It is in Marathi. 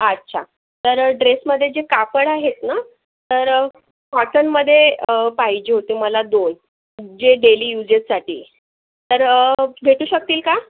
अच्छा तर ड्रेसमधे जे कापड आहेत न तर कॉटनमधे पाहिजे होते मला दोन जे डेली यूजेससाठी तर भेटू शकतील का